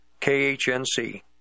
KHNC